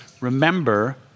remember